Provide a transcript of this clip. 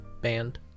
band